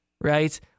right